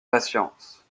patience